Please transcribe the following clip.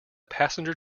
passenger